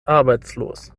arbeitslos